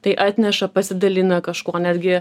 tai atneša pasidalina kažkuo netgi